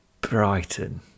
Brighton